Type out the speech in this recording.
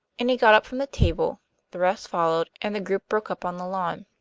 and he got up from the table the rest followed, and the group broke up on the lawn.